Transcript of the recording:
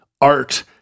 art